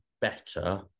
better